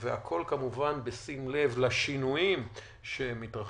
והכול כמובן בשים לב לשינויים שמתרחשים.